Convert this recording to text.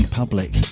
public